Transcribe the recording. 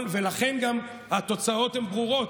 ולכן גם התוצאות הן ברורות,